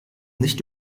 nicht